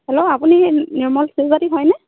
hello আপুনি নিৰ্মল হয়নে